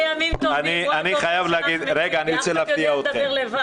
בוא נחכה לימים טובים --- לדבר לבד.